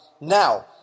Now